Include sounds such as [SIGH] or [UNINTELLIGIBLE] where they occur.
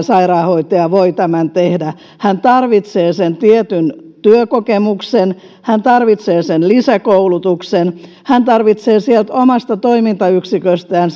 [UNINTELLIGIBLE] sairaanhoitaja voi tämän tehdä hän tarvitsee sen tietyn työkokemuksen hän tarvitsee sen lisäkoulutuksen hän tarvitsee sieltä omasta toimintayksiköstään [UNINTELLIGIBLE]